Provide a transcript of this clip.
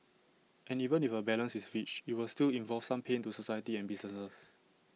and even if A balance is reached IT will still involve some pain to society and businesses